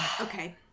okay